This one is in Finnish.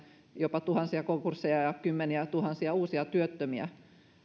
jopa tuhansia konkursseja ja kymmeniätuhansia uusia työttömiä